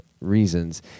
reasons